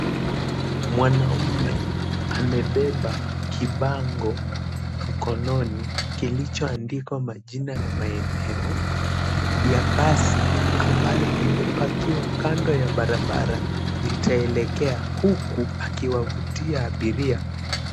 Mwanaume amebeba kibango mkononi kilichoandikwa majina ya maeneo ya basi ambalo limepakiwa kando ya barabara litaelekea huku akiwavutia abiria.